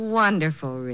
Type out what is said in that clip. wonderful